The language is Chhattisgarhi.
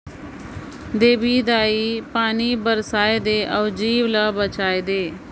देपी दाई पानी बरसाए दे अउ जीव ल बचाए दे